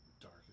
dark